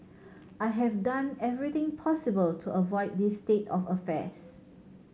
I have done everything possible to avoid this state of affairs